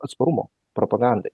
atsparumo propagandai